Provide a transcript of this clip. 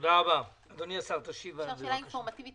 ושאלה אינפורמטיבית